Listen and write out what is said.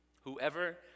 Whoever